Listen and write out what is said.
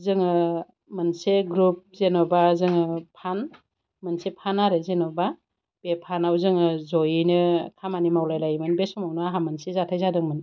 जोङो मोनसे ग्रुप जेनेबा जोङो फान मोनसे फान आरो जेन'बा बे फानआव जोङो जयैनो खामानि मावलायलायोमोन बे समावनो आंहा मोनसे जाथाय जादोंमोन